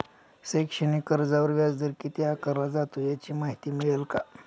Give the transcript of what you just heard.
शैक्षणिक कर्जावर व्याजदर किती आकारला जातो? याची माहिती मिळेल का?